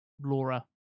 Laura